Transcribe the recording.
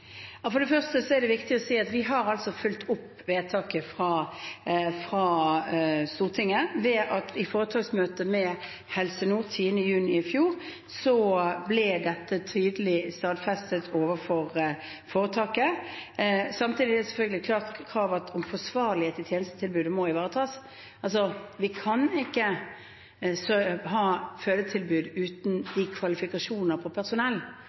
For det første er det viktig å si at vi har fulgt opp vedtaket fra Stortinget ved at dette i foretaksmøtet 10. juni i fjor ble tydelig stadfestet overfor helseforetaket. Samtidig er det selvfølgelig et krav at forsvarlighet i tjenestetilbudet må ivaretas. Vi kan ikke ha fødetilbud uten